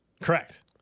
Correct